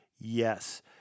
Yes